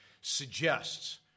suggests